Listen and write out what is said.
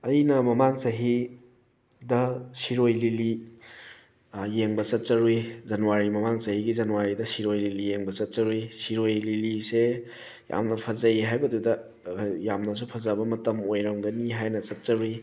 ꯑꯩꯅ ꯃꯃꯥꯡ ꯆꯍꯤꯗ ꯁꯤꯔꯣꯏ ꯂꯤꯂꯤ ꯌꯦꯡꯕ ꯆꯠꯆꯔꯨꯏ ꯖꯅꯋꯥꯔꯤ ꯃꯃꯥꯡ ꯆꯍꯤꯒꯤ ꯖꯅꯋꯥꯔꯤꯗ ꯁꯤꯔꯣꯏ ꯂꯤꯂꯤ ꯌꯦꯡꯕ ꯆꯠꯆꯔꯨꯏ ꯁꯤꯔꯣꯏ ꯂꯤꯂꯤꯁꯦ ꯌꯥꯝꯅ ꯐꯖꯩ ꯍꯥꯏꯕꯗꯨꯗ ꯌꯥꯝꯅꯁꯨ ꯐꯖꯕ ꯃꯇꯝ ꯑꯣꯏꯔꯝꯒꯅꯤ ꯍꯥꯏꯅ ꯆꯠꯆꯔꯨꯏ